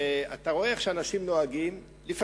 שאתה רואה איך אנשים נוהגים בה,